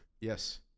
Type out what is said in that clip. Yes